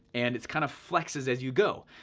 and it kind of flexes as you go.